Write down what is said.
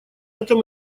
этом